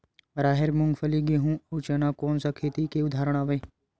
राहेर, मूंगफली, गेहूं, अउ चना कोन सा खेती के उदाहरण आवे?